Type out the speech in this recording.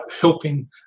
helping